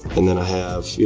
and then i have, you